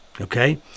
Okay